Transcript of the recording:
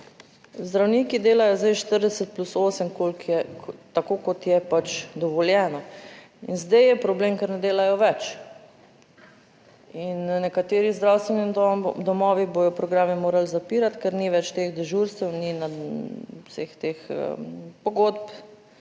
zdravniki delajo zdaj 40 plus 8, koliko je, tako, kot je pač dovoljeno in zdaj je problem, ker ne delajo več in nekateri zdravstveni domovi bodo programe morali zapirati, ker ni več teh dežurstev, ni vseh teh pogodb,